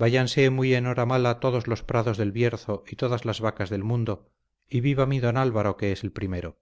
váyanse muy enhoramala todos los prados del bierzo y todas las vacas del mundo y viva mi don álvaro que es primero